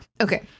Okay